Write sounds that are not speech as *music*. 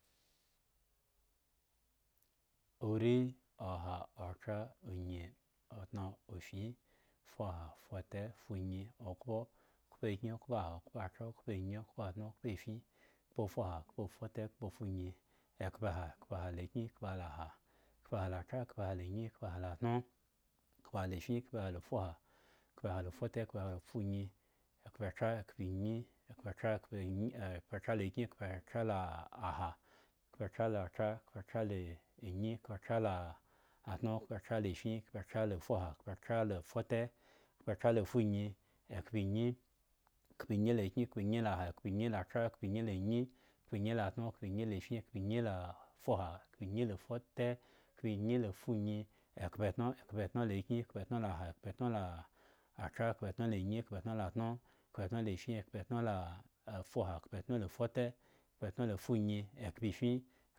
Uhi, oha, othra, unyi, offin, fuha, fute, funyi okhpo, khpoakyin, khpoaha, khpo athra, khpoanyi, khpoatno, khpoaffin, khpoafuha, khpoafute, khpoafunyi, ekhpeha, khpeha lakyin, khpeha la ha, khepeha la thra, khpeha la nyi, khpeha latŋo, khpeha lafin, khpeha la fuha. khpeha la fute, khpeha la funyi, ekhpethra *hesitation* khpenyi, khpethra, khpeny, khpethra la kyin, khpethra la ha, khpethra la thra khpethra la nyi, khpethra la tŋo, khpethra laffin khpethra la fuha, khpethra la fute, khpethra la funyi, ekhpenyi, khpenyi la kyin, khpenyila ha, khpenyilathra, khpenyi la nyi, khpenyi la atŋo, khpenyi laffin, khpenyi la fuha, khpenyi la fute, khpenyi la funyi, ekhpoetŋo, khpetŋo la kyin, khpetŋo la ha, khpetŋo la thra, khpetŋo la nyi, khpetŋo la tŋo, khpetŋo laffin, khpetŋo la fuha, khpetŋo la fute, khpetŋo la funyi, ekhpoeffin.